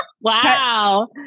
Wow